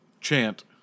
chant